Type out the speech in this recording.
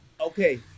Okay